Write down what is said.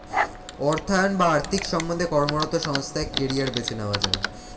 অর্থায়ন বা আর্থিক সম্বন্ধে কর্মরত সংস্থায় কেরিয়ার বেছে নেওয়া যায়